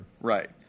Right